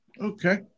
Okay